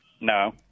No